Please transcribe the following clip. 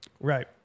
Right